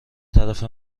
طرف